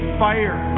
fire